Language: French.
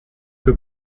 que